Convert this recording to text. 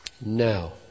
Now